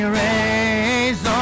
raise